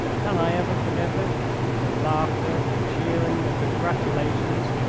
can i ever forget it the laughter, the cheering, the congratulations!